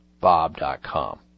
bob.com